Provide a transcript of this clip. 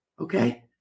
Okay